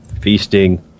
Feasting